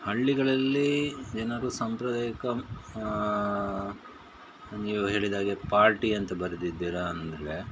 ಹಳ್ಳಿಗಳಲ್ಲಿ ಜನರು ಸಾಂಪ್ರದಾಯಿಕ ನೀವು ಹೇಳಿದಾಗೆ ಪಾರ್ಟಿ ಅಂತ ಬರೆದಿದ್ದೀರ ಅಂದ ಮೇಲೆ